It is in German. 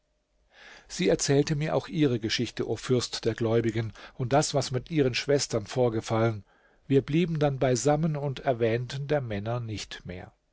sie erzählte mir auch ihre geschichte o fürst der gläubigen und das was mit ihren schwestern vorgefallen wir blieben dann beisammen und erwähnten der männer nicht mehr